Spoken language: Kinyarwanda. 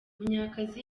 munyakazi